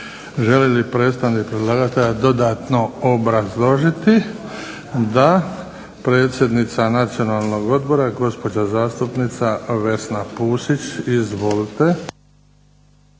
Želi li predstavnik predlagatelja dodatno obrazložiti? DA. Predsjednica Nacionalnog odbora gospođa zastupnica Vesna Pusić izvolite.